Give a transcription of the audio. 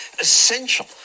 essential